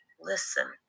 listen